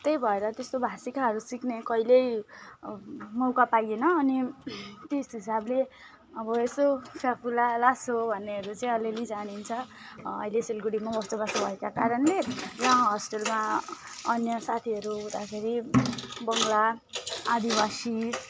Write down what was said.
त्यही भएर त्यस्तो भाषिकाहरू सिक्ने कहिल्यै मौका पाइएन अनि त्यस हिसाबले अब यसो फ्याफुल्ला लासो भन्नेहरू चाहिँ अलिलिलि जानिन्छ अहिले सिलगढीमा कस्तो कस्तो भएका कारणले यहाँ होस्टेलमा अन्य साथीहरू हुँदाखेरि बङ्गला आदिवासी